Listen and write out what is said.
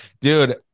Dude